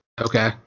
Okay